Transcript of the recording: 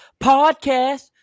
podcast